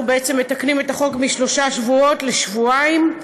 אנחנו בעצם מתקנים את החוק משלושה שבועות לשבועיים.